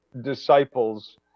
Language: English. disciples